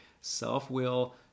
self-will